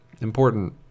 important